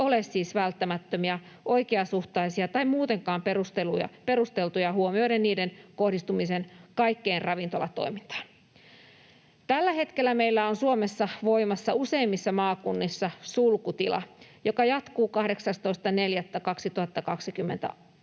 ole siis välttämättömiä, oikeasuhtaisia tai muutenkaan perusteltuja huomioiden niiden kohdistuminen kaikkeen ravintolatoimintaan. Tällä hetkellä meillä on Suomessa voimassa useimmissa maakunnissa sulkutila, joka jatkuu 18.4.2021